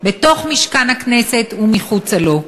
בתוך משכן הכנסת ומחוץ לו.